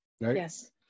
yes